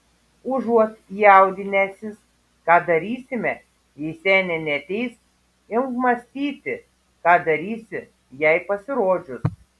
užuot jaudinęsis ką darysime jei senė neateis imk mąstyti ką darysi jai pasirodžius